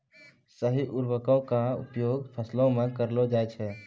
सही उर्वरको क उपयोग फसलो म करलो जाय छै